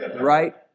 right